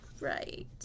Right